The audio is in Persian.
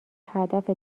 هدف